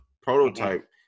prototype